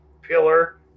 pillar